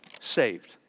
saved